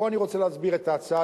פה אני רוצה להסביר את ההצעה,